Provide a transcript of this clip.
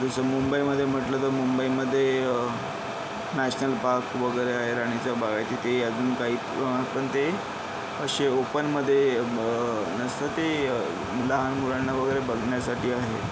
जसं मुंबईमध्ये म्हटलं तर मुंबईमध्ये नॅशनल पार्क वगैरे आहे राणीचा बाग आहे तिथेही अजून काही पण ते असे ओपनमध्ये ब नसतं ते लहान मुलांना वगैरे बघण्यासाठी आहे